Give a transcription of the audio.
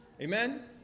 Amen